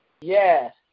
Yes